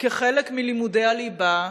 כחלק מלימודי הליבה,